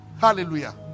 hallelujah